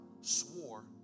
swore